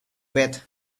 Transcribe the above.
beth